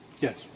Yes